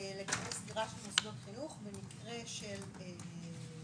לגבי סגירה של מוסדות חינוך במקרה של התפרצות